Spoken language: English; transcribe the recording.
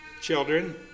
children